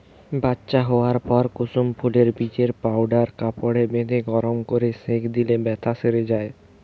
বাচ্চা হোয়ার পর কুসুম ফুলের বীজের পাউডার কাপড়ে বেঁধে গরম কোরে সেঁক দিলে বেথ্যা সেরে যায়